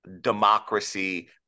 democracy